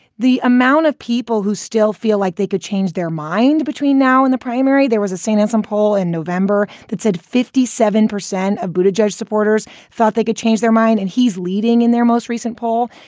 the amount of people who still feel like they could change their mind between now and the primary. there was a scene as some poll in november that said fifty seven percent of buddha judge supporters thought they could change their mind and he's leading in their most recent poll.